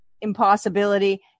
impossibility